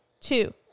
two